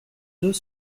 deux